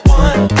one